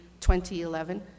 2011